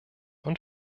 und